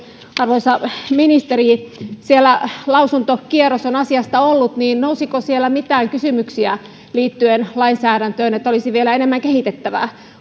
arvoisa ministeri kun siellä lausuntokierros on asiasta ollut nousiko siellä mitään kysymyksiä liittyen siihen että lainsäädännössä olisi vielä enemmän kehitettävää